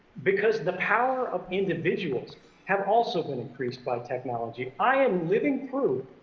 because the power of individuals have also been increased by technology. i am living proof